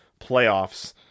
playoffs